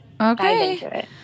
Okay